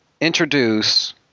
introduce